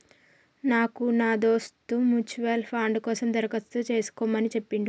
నాకు నా దోస్త్ మ్యూచువల్ ఫండ్ కోసం దరఖాస్తు చేసుకోమని చెప్పిండు